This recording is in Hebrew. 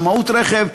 שמאות רכב,